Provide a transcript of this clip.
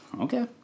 Okay